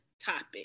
topic